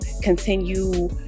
continue